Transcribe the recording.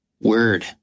word